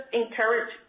encourage